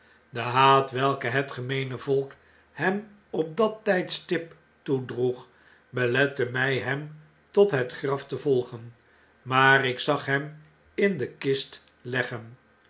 de haat welke het getneene volk hem op dat tgdstip toedroeg belette mjj hem tot het graf te volgen maar ik zag hem in de kist leggen